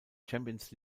champions